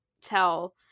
tell